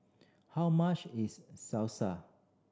how much is Salsa